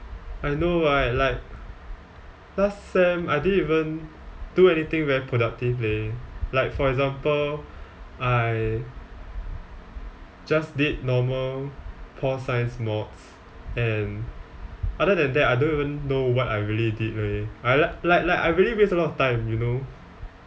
I know right like last sem I didn't even do anything very productive leh like for example I just did normal pol science mods and other than that I don't even know what I really did leh I like like I really waste a lot of time you know